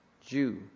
Jew